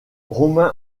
romain